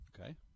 Okay